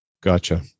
Gotcha